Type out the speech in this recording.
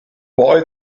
boy